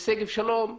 בשגב שלום,